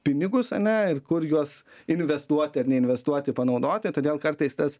pinigus ane ir kur juos investuoti ar neinvestuoti panaudoti todėl kartais tas